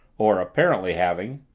or apparently having.